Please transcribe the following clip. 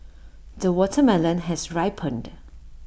the watermelon has ripened